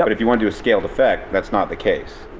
but if you want to scale the fact that's not the case.